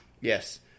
Yes